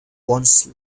once